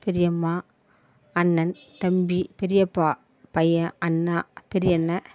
பெரியம்மா அண்ணன் தம்பி பெரியப்பா பையன் அண்ணா பெரிய அண்ணா